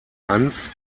ans